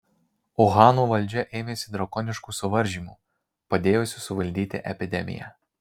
uhano valdžia ėmėsi drakoniškų suvaržymų padėjusių suvaldyti epidemiją